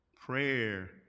prayer